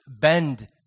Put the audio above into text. bend